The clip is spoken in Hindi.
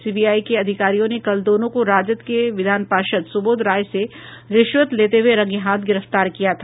सीबीआई के अधिकारियों ने कल दोनों को राजद के विधान पार्षद् सुबोध राय से रिश्वत लेते हुए रंगेहाथ गिरफ्तार किया था